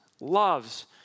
loves